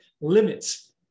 limits